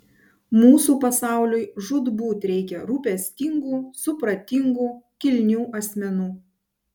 mūsų pasauliui žūtbūt reikia rūpestingų supratingų kilnių asmenų